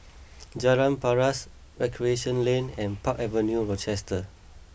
Jalan Paras Recreation Lane and Park Avenue Rochester